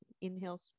Inhale